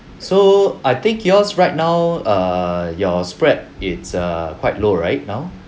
so I think yours right now err your spread is err quite low right now